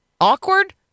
Awkward